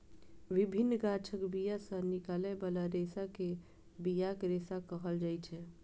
विभिन्न गाछक बिया सं निकलै बला रेशा कें बियाक रेशा कहल जाइ छै